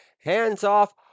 hands-off